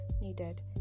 needed